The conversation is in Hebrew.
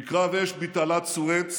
בקרב אש בתעלת סואץ